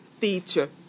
teacher